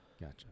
Gotcha